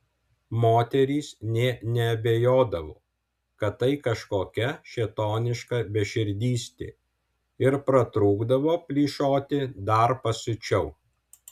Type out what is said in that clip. moterys nė neabejodavo kad tai kažkokia šėtoniška beširdystė ir pratrūkdavo plyšoti dar pasiučiau